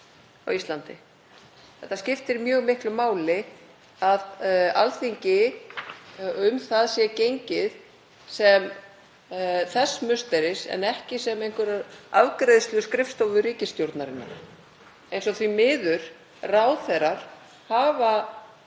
Það skiptir mjög miklu máli að um Alþingi sé gengið sem það musteri en ekki sem einhverja afgreiðsluskrifstofu ríkisstjórnarinnar, eins og ráðherrar hafa